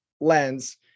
lens